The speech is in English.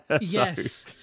Yes